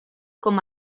com